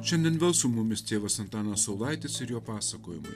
šiandien vėl su mumis tėvas antanas saulaitis ir jo pasakojimai